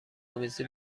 آمیزی